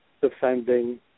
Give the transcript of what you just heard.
defending